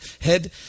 head